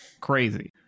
crazy